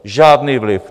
Žádný vliv.